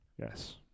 Yes